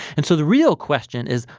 and so the real question is,